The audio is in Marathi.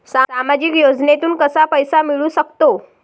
सामाजिक योजनेतून कसा पैसा मिळू सकतो?